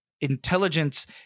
intelligence